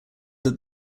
that